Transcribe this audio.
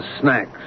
snacks